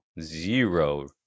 zero